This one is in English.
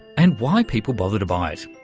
and why people bother to buy it.